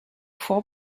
four